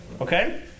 Okay